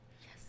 yes